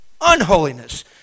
unholiness